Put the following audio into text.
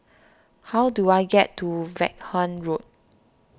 how do I get to Vaughan Road